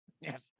Yes